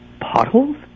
potholes